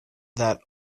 that